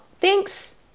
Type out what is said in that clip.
thanks